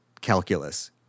calculus